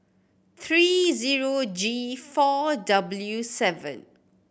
three zero G four W seven